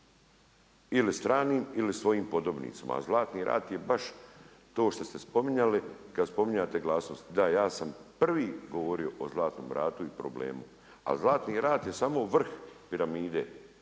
ili stranim ili svojim podobnicima, a Zlatni rat je baš to što ste spominjali, kad spominjete glasnost, da ja sam prvi govorio o Zlatnom ratu i problemu, a Zlatni rat je samo vrh piramide